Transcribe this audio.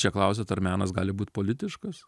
čia klausiat ar menas gali būt politiškas